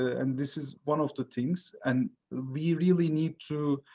and this is one of the things and we really need to